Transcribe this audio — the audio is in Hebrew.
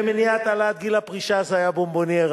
ומניעת העלאת גיל הפרישה זה היה בונבוניירה,